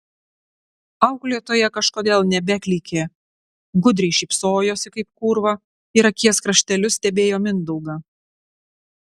auklėtoja kažkodėl nebeklykė gudriai šypsojosi kaip kūrva ir akies krašteliu stebėjo mindaugą